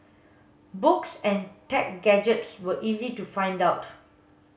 books and tech gadgets were easy to figure out